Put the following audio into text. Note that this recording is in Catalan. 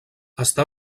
està